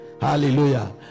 Hallelujah